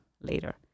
later